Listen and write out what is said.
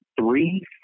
three